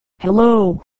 Hello